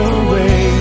away